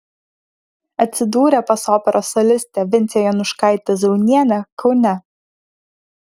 atsidūrė pas operos solistę vincę jonuškaitę zaunienę kaune